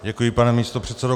Děkuji, pane místopředsedo.